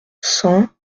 cent